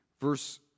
verse